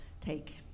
take